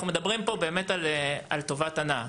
אנחנו מדברים פה באמת על טובת הנאה.